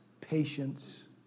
patience